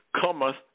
cometh